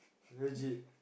legit